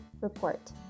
Report